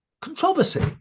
controversy